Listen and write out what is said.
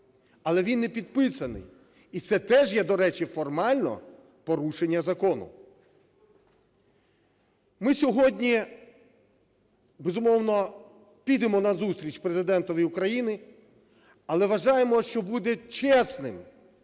Але він не підписаний і це теж є, до речі, формально, порушення закону. Ми сьогодні, безумовно, підемо на зустріч Президентові України. Але вважаємо, що буде чесним